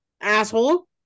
asshole